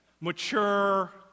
mature